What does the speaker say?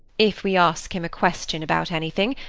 if we ask him a question about anything,